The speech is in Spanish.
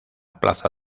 plaza